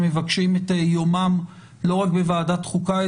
שמבקשים את יומם לא רק בוועדת חוקה,